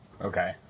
Okay